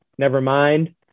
nevermind